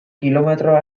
kilometro